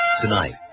tonight